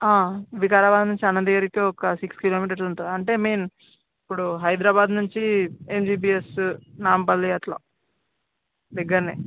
వికారాబాద్ నుంచి అనంతగిరికి ఒక సిక్స్ కిలోమీటర్ అలా ఉంటుంది అంటే మీన్ ఇప్పుడు హైదరాబాద్ నుంచి ఎంజీబీఎస్ నాంపల్లి అలా దగ్గర్నే